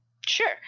sure